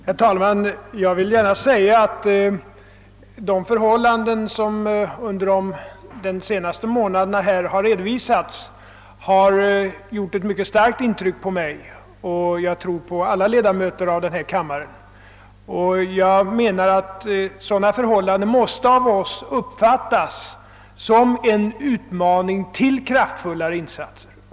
Herr talman! De förhållanden beträffande de handikappade som under de senaste månaderna redovisats har gjort ett mycket starkt intryck på mig och, tror jag, på alla ledamöter av denna kammare. De måste av oss uppfattas som en utmaning till kraftfullare insatser.